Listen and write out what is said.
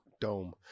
dome